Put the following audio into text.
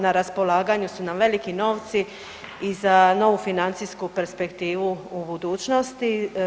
Na raspolaganju su nam veliki novci i za novu financijsku perspektivu u budućnosti.